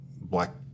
black